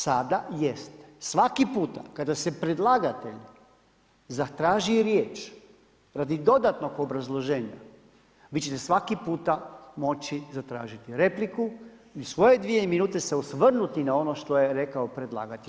Sada jeste, svaki puta kada se predlagatelj zatraži riječ radi dodatnog obrazloženja vi ćete svaki puta moći zatražiti repliku i u svoje dvije minute se osvrnuti na ono što je rekao predlagatelj.